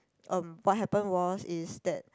um what happen was is that